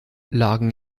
lagen